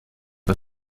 pas